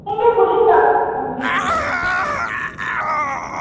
हून तू कु'त्थें जाना